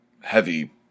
heavy